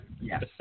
Yes